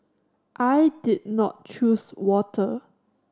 I did not choose water